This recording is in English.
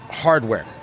hardware